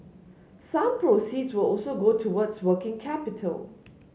some proceeds will also go towards working capital